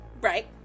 Right